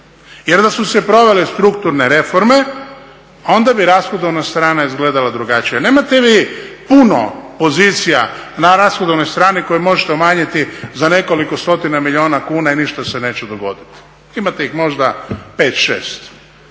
jer da su se provele strukturne reforme, onda bi rashodovna strana izgledala drugačije. Nemate vi puno pozicija na rashodovnoj strani koje možete umanjiti za nekoliko stotina milijuna kuna i ništa se neće dogoditi. Imate ih možda 5, 6,